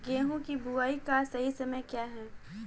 गेहूँ की बुआई का सही समय क्या है?